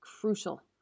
crucial